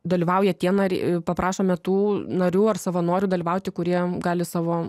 dalyvauja tie nariai paprašome tų narių ar savanorių dalyvauti kurie gali savo